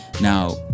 now